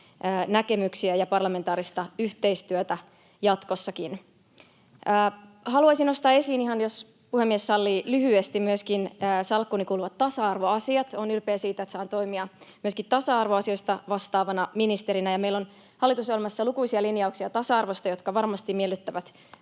näkemyksiä ja parlamentaarista yhteistyötä jatkossakin. Haluaisin nostaa esiin — jos puhemies sallii — ihan lyhyesti myöskin salkkuuni kuuluvat tasa-arvoasiat. Olen ylpeä siitä, että saan toimia myöskin tasa-arvoasioista vastaavana ministerinä. Meillä on hallitusohjelmassa tasa-arvosta lukuisia linjauksia, jotka varmasti miellyttävät